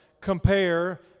compare